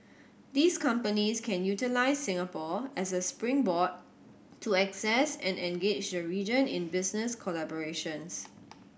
these companies can utilise Singapore as a springboard to access and engage the region in business collaborations